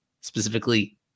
specifically